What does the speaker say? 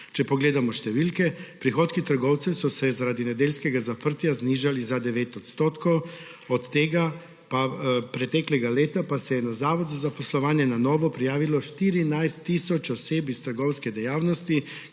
Če pogledamo številke, prihodki trgovcev so se zaradi nedeljskega zaprtja znižali za 9 %, od preteklega leta pa se je na Zavod za zaposlovanje na novo prijavilo 14 tisoč oseb iz trgovske dejavnosti,